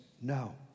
no